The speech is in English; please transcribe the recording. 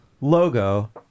logo